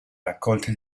raccolte